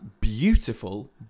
beautiful